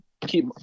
keep